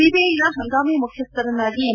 ಸಿಬಿಐನ ಹಂಗಾಮಿ ಮುಖ್ಯಸ್ತರನ್ನಾಗಿ ಎಂ